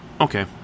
okay